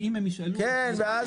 מה?